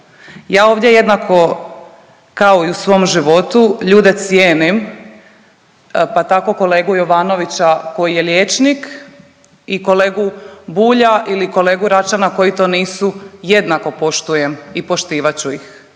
Ja ovdje jednako kao i u svom životu ljude cijenim pa tako kolegu Jovanovića koji je liječnik ili kolegu Bulja ili kolegu Račana koji to nisu jednako poštujem i poštivat ću ih